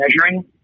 measuring